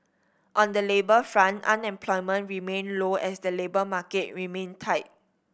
on the labour front unemployment remained low as the labour market remained tight